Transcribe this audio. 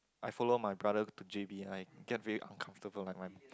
I follow my brother to J_B I get very uncomfortable like my